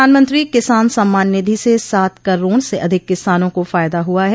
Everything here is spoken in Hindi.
प्रधानमंत्री किसान सम्मान निधि से सात करोड़ से अधिक किसानों को फायदा हुआ है